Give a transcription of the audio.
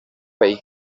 pell